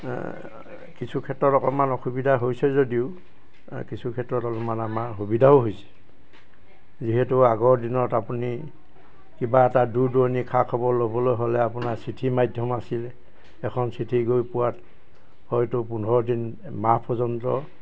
কিছু ক্ষেত্ৰত অকণমান অসুবিধা হৈছে যদিও কিছু ক্ষেত্ৰত অলপমান আমাৰ সুবিধাও হৈছে যিহেতু আগৰ দিনত আপুনি কিবা এটা দূৰ দুৰণিৰ খা খবৰ ল'বলৈ হ'লে আপোনাৰ চিঠি মাধ্যম আছিলে এখন চিঠি গৈ পোৱাত হয়তো পোন্ধৰ দিন মাহ পৰ্যন্ত